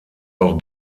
auch